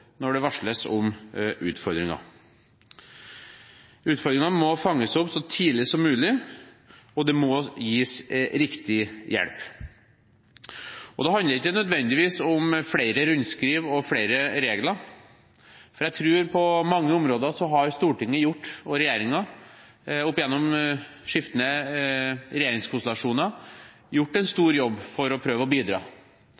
når det varsles om utfordringer. Utfordringer må fanges opp så tidlig som mulig, og det må gis riktig hjelp. Det handler ikke nødvendigvis om flere rundskriv og flere regler, for jeg tror at på mange områder har Stortinget og skiftende regjeringskonstellasjoner opp igjennom gjort en stor jobb for å prøve å bidra.